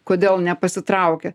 kodėl nepasitraukia